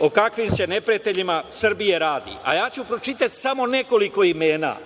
o kakvim se neprijateljima Srbije radi, a ja ću pročitati samo nekoliko imena.